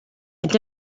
est